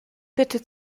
bitte